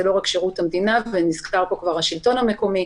לא רק שירות המדינה ונזכר פה כבר השלטון המקומי